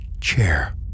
Chair